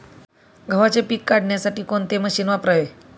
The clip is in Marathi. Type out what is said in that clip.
गव्हाचे पीक काढण्यासाठी कोणते मशीन वापरावे?